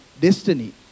destiny